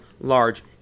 large